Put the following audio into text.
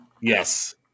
Yes